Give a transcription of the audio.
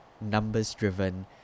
numbers-driven